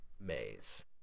maze